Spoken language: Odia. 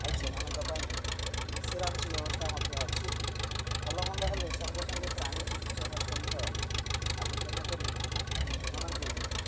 ଆଉ ସେମାନଙ୍କ ପାଇଁ ଇନ୍ସୁରାନ୍ସ ବ୍ୟବସ୍ଥା ମଧ୍ୟ ଅଛି ଭଲମନ୍ଦ ହେଲେ ସଙ୍ଗେସଙ୍ଗେ ପ୍ରାଣୀ ଚିକିତ୍ସକ ସହିତ ଆଲୋଚନା କରି ସେମାନଙ୍କୁ